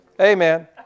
Amen